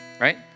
right